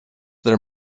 their